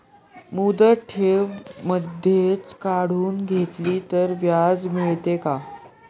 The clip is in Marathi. मुदत ठेव मधेच काढून घेतली तर व्याज मिळते का?